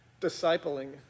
discipling